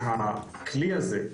שהכלי הזה,